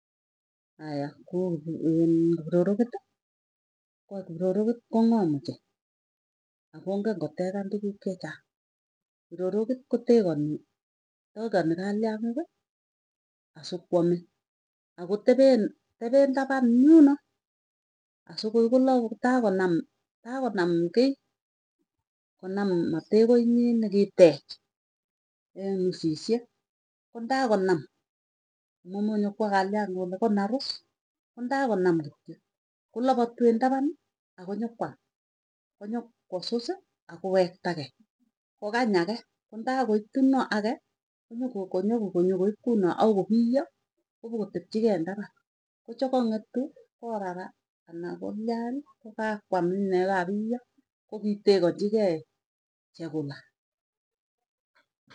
Aya ko kiprorokiti, ko kiprorokit ko ngoom, ochei akongen kotegan tuguk chechang, prorokit kotegani tegani kaliang'iki, asukwame akotepen tepen tapan yunoo, asokoi kola tai konam tai konam kiiiy. Konam mategoi nyin nikitech en usisiek kondakonam, momonyo kwa kalieng'ie kole konarus kondaa konam kityo kolapatu en tapani akonyokwa. Konyo ko susi akowektagei kogany agee kondaa koitu naa agee konyokoip kunoe akoi kopiyo. kopotepchikei eng tapan ko chagangetu korara ana kolian kokakwam inee kapiyo. Kkiteganchigei chekula.